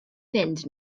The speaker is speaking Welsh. fynd